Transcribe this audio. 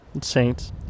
Saints